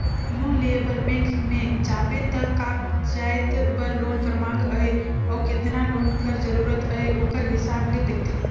loan लेय बर bank में जाबे त का जाएत बर लोन कर मांग अहे अउ केतना लोन कर जरूरत अहे ओकर हिसाब ले देखथे